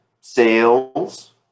sales